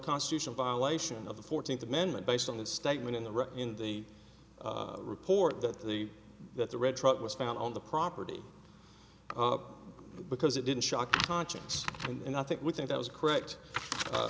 constitutional violation of the fourteenth amendment based on the statement in the right in the report that the that the red truck was found on the property because it didn't shock a conscience and i think we think that was correct